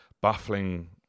baffling